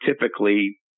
typically